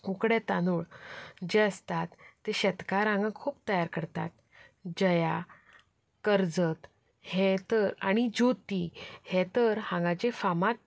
उकडे तांदूळ जे आसतात ते शेतकार हांगा खूब तयार करतात जया करजत हे तर आनी ज्योती हे तर हांगाचे फामाद